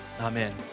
Amen